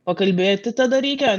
pakalbėti tada reikia